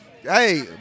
Hey